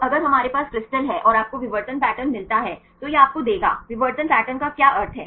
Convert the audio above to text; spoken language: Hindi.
तो अगर हमारे पास क्रिस्टल है और आपको विवर्तन पैटर्न मिलता है तो यह आपको देगा विवर्तन पैटर्न का क्या अर्थ है